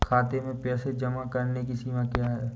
खाते में पैसे जमा करने की सीमा क्या है?